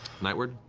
nightward?